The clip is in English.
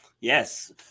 Yes